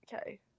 Okay